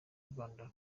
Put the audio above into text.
rwanda